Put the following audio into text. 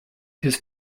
his